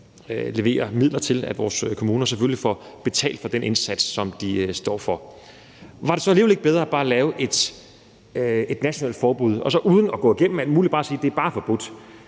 leverer midler til, at de får betalt for den indsats, som de står for. Kl. 14:32 Var det så alligevel ikke bedre bare at lave et nationalt forbud og så uden at gå igennem alt muligt bare sige,